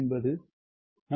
எங்களுக்கு உள்ளது